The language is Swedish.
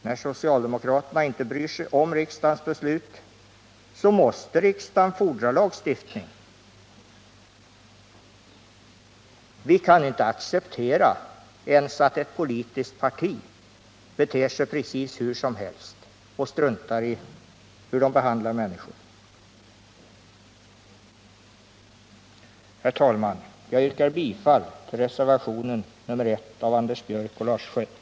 När socialdemokraterna inte bryr sig om riksdagens beslut, måste riksdagen tillgripa lagstiftning. Vi kan inte acceptera att ens ett politiskt parti beter sig precis hur som helst och struntar i hur det behandlar människor. Herr talman! Jag yrkar bifall till reservationen 1 av Anders Björck och Lars Schött.